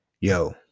yo